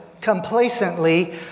complacently